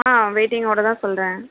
ஆ வெயிட்டிங்கோடு தான் சொல்கிறேன்